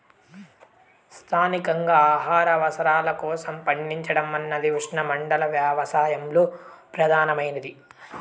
స్థానికంగా ఆహార అవసరాల కోసం పండించడం అన్నది ఉష్ణమండల వ్యవసాయంలో ప్రధానమైనది